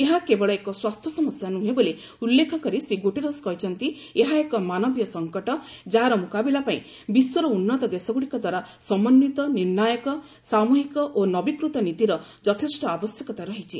ଏହା କେବଳ ଏକ ସ୍ୱାସ୍ଥ୍ୟ ସମସ୍ୟା ନୁହେଁ ବୋଲି ଉଲ୍ଲେଖ କରି ଶ୍ରୀ ଗୁରେରସ୍ କହିଛନ୍ତି ଏହା ଏକ ମାନବୀୟ ସଙ୍କଟ ଯାହାର ମୁକାବିଲା ପାଇଁ ବିଶ୍ୱର ଉନ୍ନତ ଦେଶଗୁଡ଼ିକ ଦ୍ୱାରା ସମନ୍ୱିତ ନିର୍ଷ୍ଣାୟକ ସାମ୍ବହିକ ଓ ନବୀକୃତ ନୀତିର ଯଥେଷ୍ଟ ଆବଶ୍ୟକତା ରହିଛି